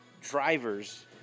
Drivers